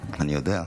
אני יודע.